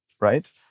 right